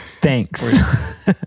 Thanks